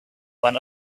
one